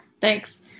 Thanks